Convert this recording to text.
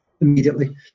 immediately